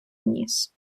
ніс